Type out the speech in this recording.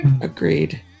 agreed